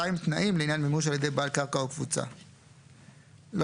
תנאים לעניין מימוש על ידי בעל קרקע או קבוצה 42. לא